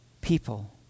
people